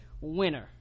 winner